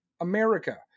America